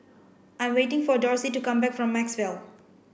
I'm waiting for Dorsey to come back from Maxwell